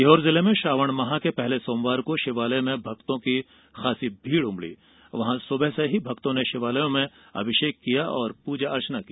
सीहोर जिले में श्रावण माह के पहले सोमवार को शिवालय में भक्तो की खासी भीड़ उमड़ी द्य सुबह से ही भक्तो ने शिवालयो में अभिषेक किया और पूजा अर्चना की